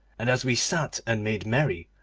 and as we sat and made merry,